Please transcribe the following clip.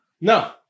No